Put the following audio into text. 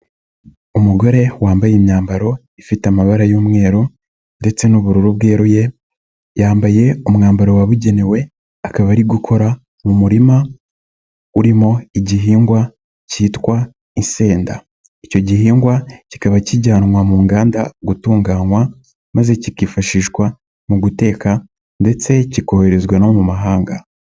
Umugore wambaye imyambaro ifite amabara y'umweru ndetse n'ubururu bweruye, yambaye umwambaro wabugenewe, akaba ari gukora mu murima urimo igihingwa kitwa insenda icyo gihingwa kikaba kijyanwa mu nganda gutunganywa maze kikifashishwa mu guteka ndetse kikoherezwa no mu mahanga.